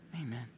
amen